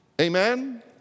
Amen